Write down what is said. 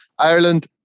Ireland